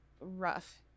Rough